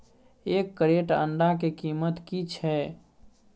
एक क्रेट अंडा के कीमत की छै?